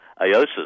AOSIS